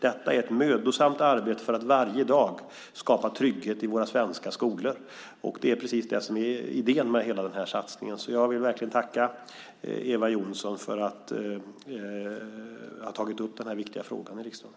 Detta är ett mödosamt arbete för att varje dag skapa trygghet i våra svenska skolor. Det är precis det som är idén med hela denna satsning, så jag vill verkligen tacka Eva Johnsson för att hon har tagit upp denna viktiga fråga i riksdagen.